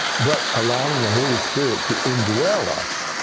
but allowing the holy spirit to indwell us,